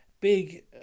big